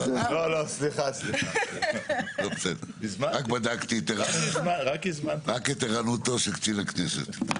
לא, בסדר, רק בדקתי את ערנותו של קצין הכנסת.